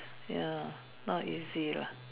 ya not easy lah